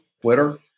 Twitter